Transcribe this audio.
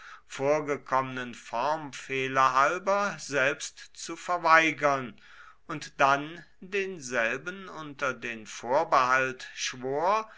vorgekommenen formfehler halber selbst zu verweigern und dann denselben unter den vorbehalt schwor